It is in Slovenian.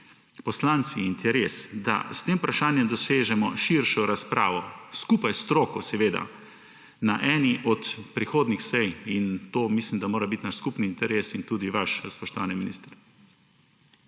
poslanci interes, da s tem vprašanjem dosežemo širšo razpravo, skupaj s stroko seveda, na eni od prihodnjih sej. In mislim, da mora biti to naš skupni interes in tudi vaš, spoštovani minister.